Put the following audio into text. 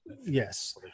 Yes